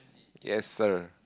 yes sir